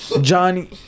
Johnny